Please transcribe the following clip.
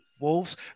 Wolves